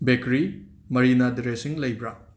bakery ꯃꯔꯤꯅꯥ dressing ꯂꯩꯕꯔ